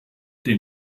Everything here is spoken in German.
den